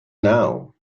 now